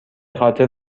خاطر